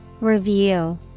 Review